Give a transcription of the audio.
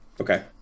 Okay